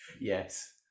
yes